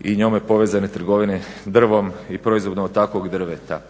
i njome povezane trgovine drvom i proizvodima od takvog drveta,